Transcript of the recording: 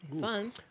Fun